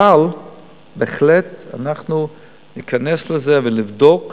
אבל בהחלט אנחנו ניכנס לזה ונבדוק,